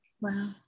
Wow